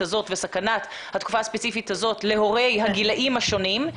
הזאת וסכנת התקופה הספציפית הזאת להורי הגילים השונים,